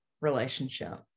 relationship